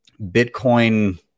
Bitcoin